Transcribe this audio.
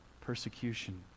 persecution